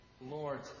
Lord